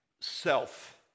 self